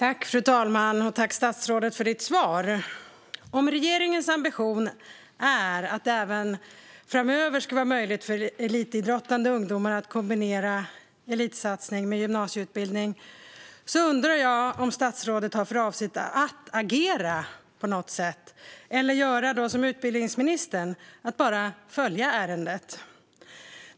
Fru talman! Tack, statsrådet, för svaret! Om regeringens ambition är att det även framöver ska vara möjligt för elitidrottande ungdomar att kombinera elitsatsning med gymnasieutbildning undrar jag om statsrådet har för avsikt att agera på något sätt eller att göra som utbildningsministern och bara följa ärendet.